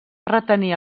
retenir